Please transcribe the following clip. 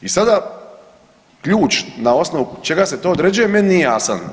I sada ključ na osnovu čega se to određuje meni nije jasan.